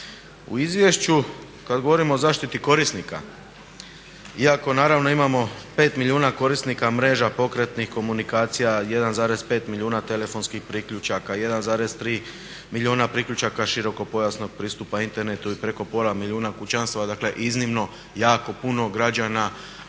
U izvješću kad govorimo o zaštiti korisnika iako naravno imamo 5 milijuna korisnika mreža pokretnih, komunikacija, 1,5 milijuna telefonskih priključaka, 1,3 milijuna priključaka širokopojasnog pristupa internetu i preko pola milijuna kućanstava, dakle iznimno jako puno građana